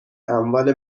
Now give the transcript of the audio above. اموال